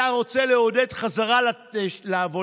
אתה רוצה לעודד חזרה לעבודה?